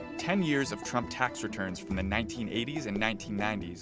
ten years of trump tax returns from the nineteen eighty s and nineteen ninety s,